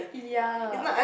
ya